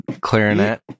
clarinet